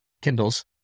Kindles